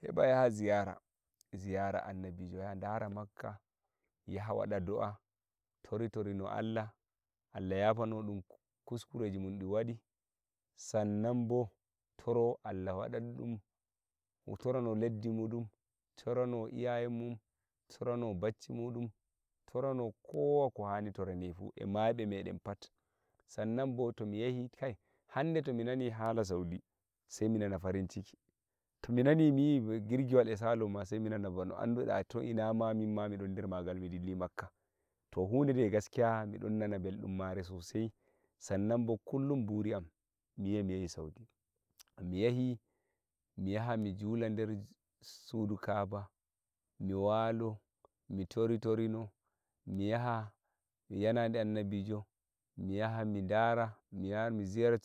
heɓa yaha ziyara ziyara annabijo yaha dara makka yaha waɗado'a tori torino Allah Allah yafano dum kuskureji mudum di wadi mun san nan bo toro Allah waɗan ɗum bo torono leddi muɗum torono iyaye mun torono bacci muɗum torano kowa ko hani torde fuu e maiɓe meɗen pat san nan bo to mi yahi kai hande to mi nane hali saudi sei mi nana farinciki to mi nani miyi girgiwal to saloma sei mi nana bano anduda to ina ma minma miɗon der magal mi dilli makka to hude de gaskiya mi ɗon nana belɗun mare sosai san nan bo kullum buri'am mi yi'a mi yahisaudi mi yahi mi yaha mi jula der sudu ka'aba mi walo mi yaha yenade annabijo mi yaha mi ndara mi yaha mi ziyara